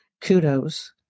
kudos